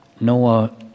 Noah